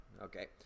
okay